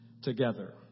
Together